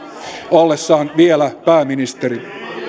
ollessaan vielä pääministeri